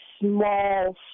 small